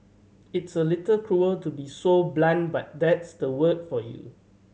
it's a little cruel to be so blunt but that's the world for you